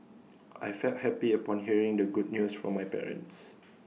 I felt happy upon hearing the good news from my parents